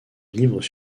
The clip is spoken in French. livres